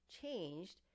changed